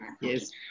Yes